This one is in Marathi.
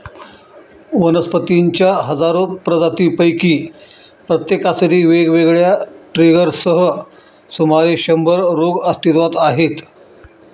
वनस्पतींच्या हजारो प्रजातींपैकी प्रत्येकासाठी वेगवेगळ्या ट्रिगर्ससह सुमारे शंभर रोग अस्तित्वात आहेत